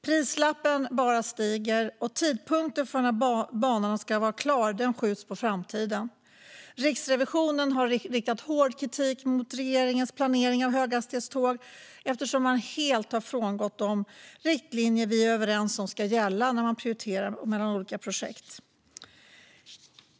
Prislappen bara stiger, och tidpunkten för när banan ska vara klar skjuts på framtiden. Riksrevisionen har riktat hård kritik mot regeringens planering av höghastighetståg eftersom den helt har frångått de riktlinjer vi är överens om ska gälla när man prioriterar mellan olika projekt.